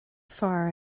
fear